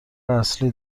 اصلی